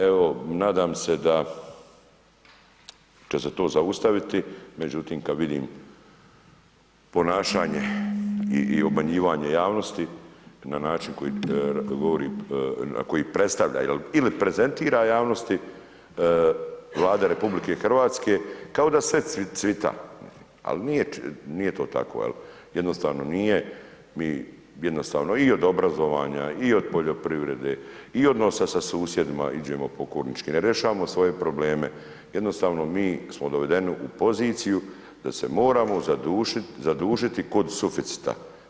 Evo, nadam se da će se to zaustaviti, međutim, kada vidim ponašanje i obmanjivanje javnosti na način koji predstavlja ili prezentira javnosti Vlada RH kao da sve cvita, al nije to tako jel, jednostavno nije, mi jednostavno i od obrazovanja, i od poljoprivrede, i odnosa sa susjedima iđemo pokornički, ne rješavamo svoje probleme, jednostavno mi smo dovedeni u poziciju da se moramo zadužiti kod suficita.